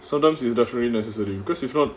sometimes it's definitely necessary because if not